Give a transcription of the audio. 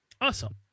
Awesome